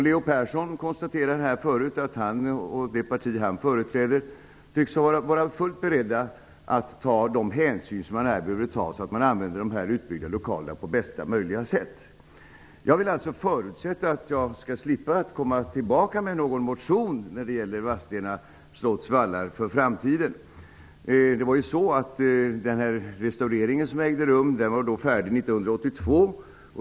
Leo Persson konstaterade tidigare att han och det parti han företräder är fullt beredda att ta de hänsyn som här behöver tas, så att de utbyggda lokalerna kan användas på bästa möjliga sätt. Jag förutsätter att jag slipper åerkomma med en motion om Vadstena slotts vallar i framtiden. Den restaurering som ägde rum var klar 1982.